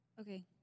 Okay